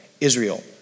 Israel